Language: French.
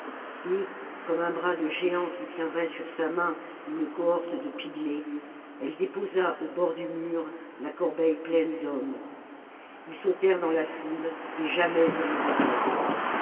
et comme un bras de géant qui tiendrait sur sa main une cohorte de pygmées elle déposa au bord du mur la corbeille pleine d'hommes ils sautèrent dans la foule et jamais ils ne